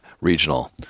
regional